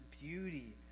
beauty